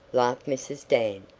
laughed mrs. dan.